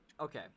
okay